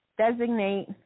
designate